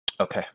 Okay